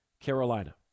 Carolina